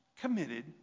committed